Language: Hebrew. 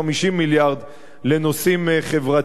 50 מיליארד לנושאים חברתיים.